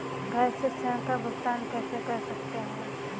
घर से ऋण का भुगतान कैसे कर सकते हैं?